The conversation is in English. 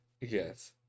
Yes